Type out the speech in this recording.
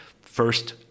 first